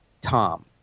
Tom